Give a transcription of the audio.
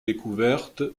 découvertes